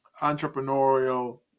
entrepreneurial